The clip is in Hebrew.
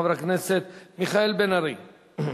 חבר הכנסת מיכאל בן-ארי,